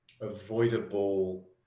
Avoidable